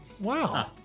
Wow